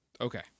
Okay